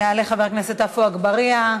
יעלה חבר הכנסת עפו אגבאריה,